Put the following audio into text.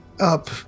up